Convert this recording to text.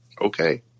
okay